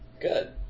Good